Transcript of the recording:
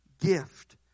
gift